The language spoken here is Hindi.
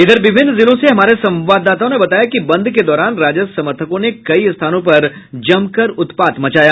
इधर विभिन्न जिलों से हमारे संवाददाताओं ने बताया कि बंद के दौरान राजद समर्थकों ने कई स्थानों पर जमकर उत्पात मचाया